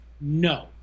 no